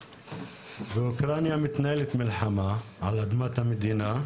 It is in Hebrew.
באוקראינה מתנהלת מלחמה על אדמת המדינה.